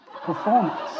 performance